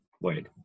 Wait